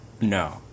No